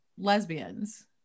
Lesbians